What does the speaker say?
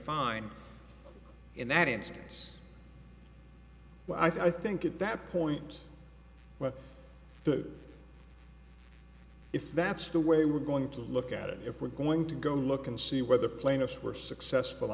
fine in that instance well i think at that point well if that's the way we're going to look at it if we're going to go look and see whether plaintiffs were successful